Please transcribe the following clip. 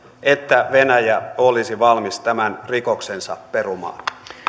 että venäjä olisi valmis tämän rikoksensa perumaan